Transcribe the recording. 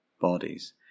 bodies